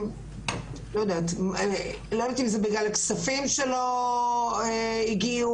לא יודעת אם זה בגלל הכספים שלא הגיעו,